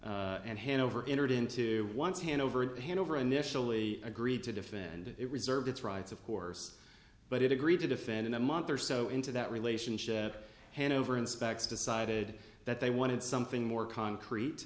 specs and hanover entered into once hand over hand over initially agreed to defend it reserved its rights of course but it agreed to defend in a month or so into that relationship handover inspects decided that they wanted something more concrete